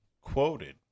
quoted